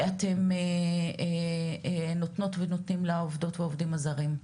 שאתן נותנות ונותנים לעובדות והעובדים הזרים.